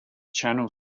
channel